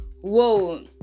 whoa